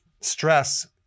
stress